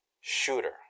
shooter